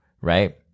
right